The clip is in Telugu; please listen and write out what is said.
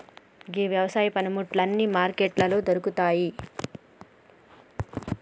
గీ యవసాయ పనిముట్లు అన్నీ మార్కెట్లలో దొరుకుతాయి